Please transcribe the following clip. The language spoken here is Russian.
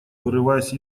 вырываясь